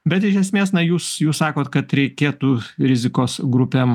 bet iš esmės na jūs jūs sakot kad reikėtų rizikos grupėm